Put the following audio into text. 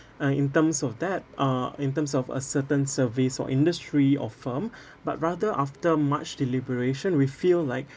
uh in terms of that uh in terms of a certain service or industry or firm but rather after much deliberation we feel like